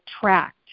tracked